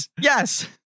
yes